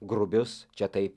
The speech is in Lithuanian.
grubius čia taip